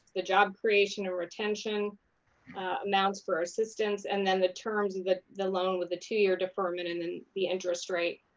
the job creation and retention amounts for assistance, and then the terms of the loan with the two year deferment and then the interest rate.